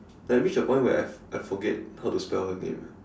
like I reach a point where I I forget how to spell her name